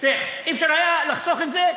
לא היה אפשר לחסוך את זה?